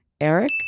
Eric